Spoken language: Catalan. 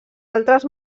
altres